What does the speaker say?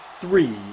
Three